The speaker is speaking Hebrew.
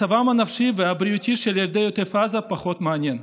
מצבם הנפשי והבריאותי של ילדי עוטף עזה פחות מעניין.